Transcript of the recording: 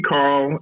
Carl